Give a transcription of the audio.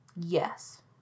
Yes